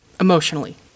Emotionally